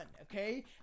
okay